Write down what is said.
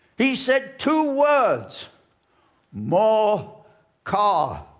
he said two words more car.